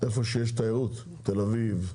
איפה שיש תיירות: תל אביב,